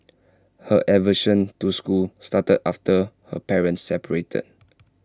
her aversion to school started after her parents separated